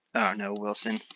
oh no, wilson.